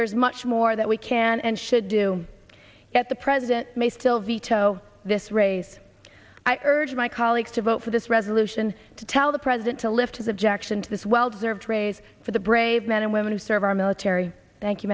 there's much more that we can and should do at the president may still veto this race i urge my colleagues to vote for this resolution to tell the president to lift his objection to this well deserved raise for the brave men and women who serve our military thank you